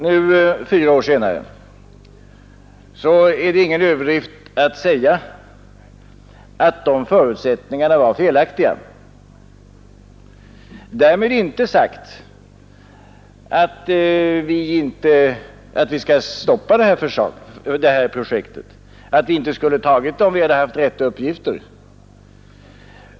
Nu — fyra år senare — är det ingen överdrift att säga att de förutsättningarna var felaktiga. Därmed är inte sagt att vi skall stoppa detta projekt eller att vi inte skulle ha antagit det, om vi hade haft riktiga uppgifter.